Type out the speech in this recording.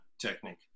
Technique